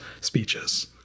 speeches